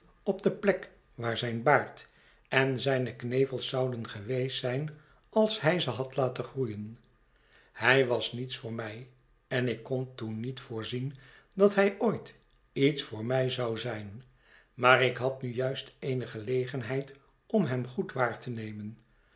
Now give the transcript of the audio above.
op de plek waar zijn baard en zijne knevels zouden geweest zijn als hij ze had iaten groeien hij was niets voor mij en ik kon toen niet voorzien dat hij ooit iets voor mij zou zijn maar ik had nu juist eene gelegenheid om hem goed waar te nemen